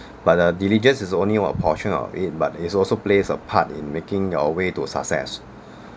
but uh diligence is only one portion of it but it also plays a part in making our way to success